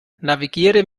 navigiere